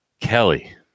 Kelly